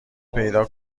پیدا